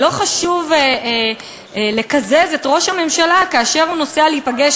שלא חשוב לקזז את ראש הממשלה כאשר הוא נוסע להיפגש